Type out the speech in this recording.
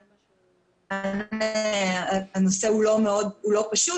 --- הנושא הוא לא פשוט